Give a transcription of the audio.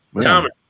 Thomas